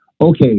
okay